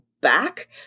back